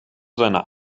seiner